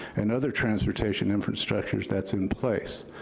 and other transportation infrastructure that's in place.